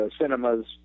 cinemas